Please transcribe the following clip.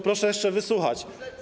Proszę jeszcze wysłuchać.